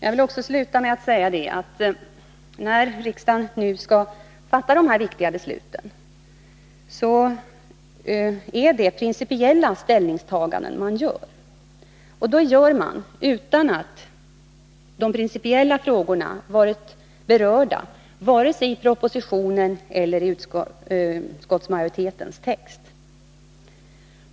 Avslutningsvis vill jag säga att när riksdagen skall fatta de här viktiga besluten är det principiella ställningstaganden man gör, och det gör man utan att de principiella frågorna har varit berörda vare sig i propositionen eller i utskottsmajoritetens text.